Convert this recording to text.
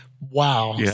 wow